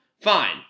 fine